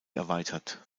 erweitert